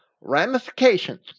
Ramifications